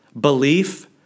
belief